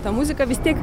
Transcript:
tą muziką vis tiek